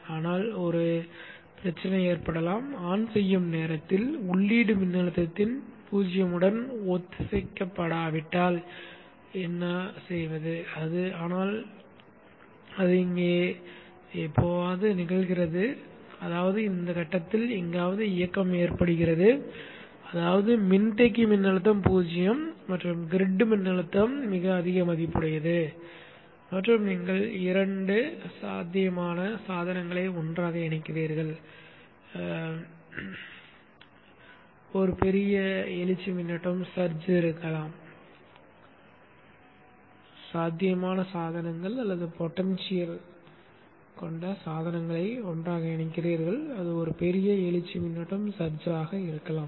ஆனால் ஒரு சிக்கல் ஏற்படலாம் ஆன் செய்யும் நேரத்தில் உள்ளீட்டு மின்னழுத்தத்தின் 0 உடன் ஒத்திசைக்கப்படாவிட்டால் என்ன செய்வது ஆனால் அது இங்கே எங்காவது நிகழ்கிறது அதாவது இந்த கட்டத்தில் எங்காவது இயக்கம் ஏற்படுகிறது அதாவது மின்தேக்கி மின்னழுத்தம் 0 மற்றும் கிரிட் மின்னழுத்தம் மிக அதிக மதிப்புடையது மற்றும் நீங்கள் இரண்டு சாத்தியமான சாதனங்களை ஒன்றாக இணைக்கிறீர்கள் ஒரு பெரிய எழுச்சி மின்னோட்டம் இருக்கலாம்